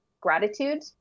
gratitude